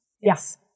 Yes